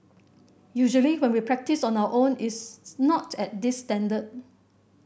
usually when we practise on our own it's not at this standard